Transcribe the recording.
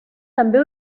també